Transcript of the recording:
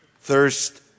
thirst